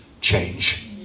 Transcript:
change